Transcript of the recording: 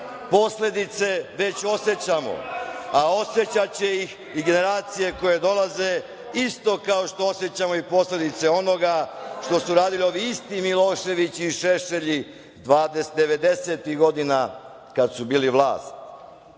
naroda. Posledice već osećamo, a osećaće ih i generacije koje dolaze isto kao što osećamo i posledice onoga što su radili ovi isti Miloševići i Šešelji devedesetih godina kada su bili vlast.